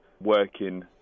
working